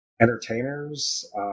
entertainers